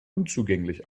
unzugänglich